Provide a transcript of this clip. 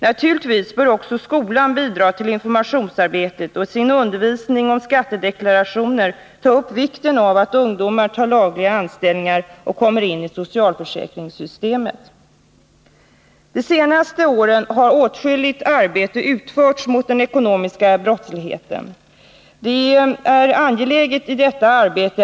Naturligtvis bör också skolan bidra till informationsarbetet och i sin undervisning om skattedeklarationer ta upp vikten av att ungdomar tar lagliga anställningar och kommer in i De senaste åren har åtskilligt arbete utförts mot den ekonomiska Torsdagen den brottsligheten. Det är i detta arbete angeläget att kontrollen ökar kraftigt.